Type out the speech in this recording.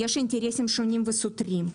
יש אינטרסים שונים וסותרים.